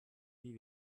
wie